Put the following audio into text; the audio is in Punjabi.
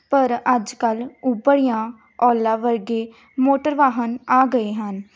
ਪਰ ਅੱਜ ਕੱਲ ਉਬਰ ਜਾਂ ਓਲਾ ਵਰਗੇ ਮੋਟਰ ਵਾਹਨ ਆ ਗਏ ਹਨ